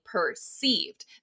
perceived